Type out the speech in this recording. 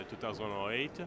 2008